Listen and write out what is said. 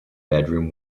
bedroom